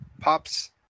Pops